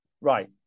Right